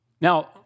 Now